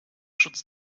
schutz